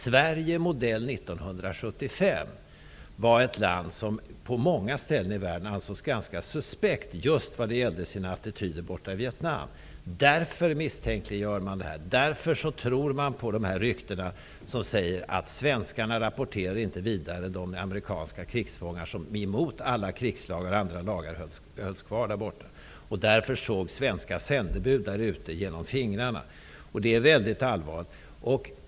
Sverige, modell 1975, var nämligen ett land som på många ställen i världen ansågs vara ganska suspekt just när det gällde attityderna i Vietnam. Därför har man dessa misstankar. Därför tror man på dessa rykten som säger att svenskarna inte rapporterade vidare att amerikanska krigsfångar, i strid med alla krigslagar och andra lagar, hölls kvar där borta. Man tror att svenska sändebud såg genom fingrarna med detta. Det är allvarligt.